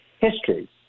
history